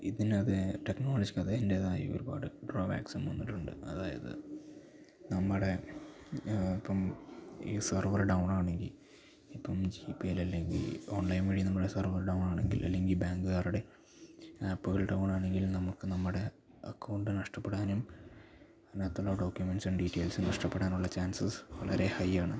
ഇതിന് അതേ ടെക്നോളജിക്ക് അതിൻ്റേതായ ഒരുപാട് ഡ്രോബാക്സും വന്നിട്ടുണ്ട് അതായത് നമ്മുടെ ഇപ്പം ഈ സെർവറ് ഡൗൺ ആണെങ്കിൽ ഇപ്പം ജിപേ ഇല്ലെങ്കിൽ ഓൺലൈൻ വഴി നമ്മടെ സെർവറ് ഡൗൺ ആണെങ്കിൽ അല്ലെങ്കിൽ ബാങ്കുകാരുടെ ആപ്പുകൾ ഡൗൺ ആണെങ്കിൽ നമ്മൾക്ക് നമ്മുടെ അക്കൗണ്ട് നഷ്ടപ്പെടാനും അതിനകത്തുള്ള ഡോക്കുമെൻറ്റ്സും ഡീറ്റെയിൽസും നഷ്ടപ്പെടാനുള്ള ചാൻസസ് വളരെ ഹൈ ആണ്